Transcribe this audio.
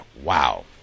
wow